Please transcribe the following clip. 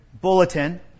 bulletin